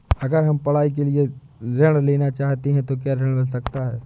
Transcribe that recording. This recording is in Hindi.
अगर हम पढ़ाई के लिए ऋण लेना चाहते हैं तो क्या ऋण मिल सकता है?